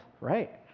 right